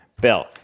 Bill